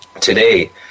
today